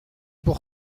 pour